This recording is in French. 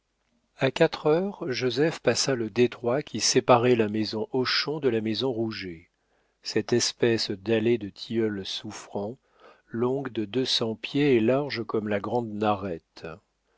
a quatre heures joseph passa le détroit qui séparait la maison hochon de la maison rouget cette espèce d'allée de tilleuls souffrants longue de deux cents pieds et large comme la grande narette